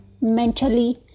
mentally